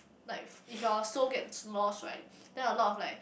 like if if your soul gets lost right then a lot of like